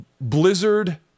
Blizzard